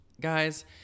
Guys